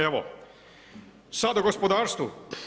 Evo, sad o gospodarstvu.